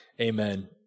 Amen